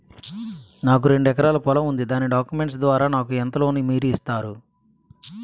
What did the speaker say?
నాకు రెండు ఎకరాల పొలం ఉంది దాని డాక్యుమెంట్స్ ద్వారా నాకు ఎంత లోన్ మీరు ఇస్తారు?